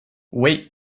wait